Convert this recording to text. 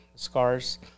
scars